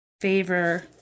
favor